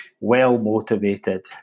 well-motivated